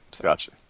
Gotcha